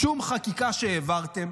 שום חקיקה שהעברתם.